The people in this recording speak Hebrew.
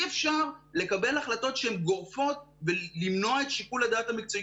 אי אפשר לקבל החלטות שהן גורפות ולמנוע את שיקול הדעת המקצועי.